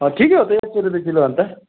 अँ ठिकै हो त एक सौ रुपियाँ किलो अन्त